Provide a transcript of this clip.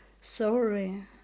sorry